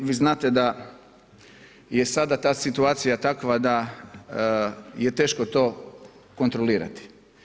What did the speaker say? Vi znate da je sada ta situacija takva da je teško to kontrolirati.